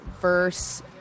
verse